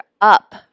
up